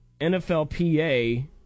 NFLPA